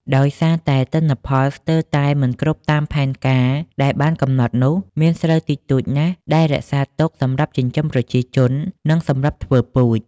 ដោយសារតែទិន្នផលស្ទើរតែមិនគ្រប់តាមផែនការដែលបានកំណត់នោះ មានស្រូវតិចតួចណាស់ ដែលរក្សាទុក សម្រាប់ចិញ្ចឹមប្រជាជននិងសម្រាប់ធ្វើពូជ។